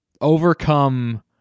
overcome